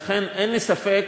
לכן, אין לי ספק